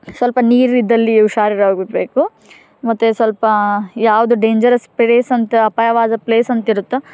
ಸ್ವಲ್ಪ ನೀರಿದ್ದಲ್ಲಿ ಹುಷಾರಿರಾಗಿರ್ಬೇಕು ಮತ್ತು ಸ್ವಲ್ಪ ಯಾವುದು ಡೇಂಜರಸ್ ಪ್ರೇಸ್ ಅಂತ ಅಪಾಯವಾದ ಪ್ಲೇಸ್ ಅಂತಿರುತ್ತೋ